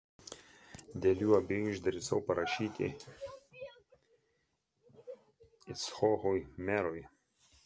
dėl jų abiejų išdrįsau parašyti icchokui merui